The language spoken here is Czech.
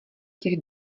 těch